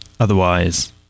Otherwise